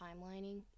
timelining